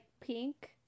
pink